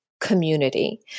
community